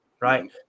right